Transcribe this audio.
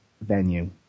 venue